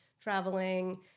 traveling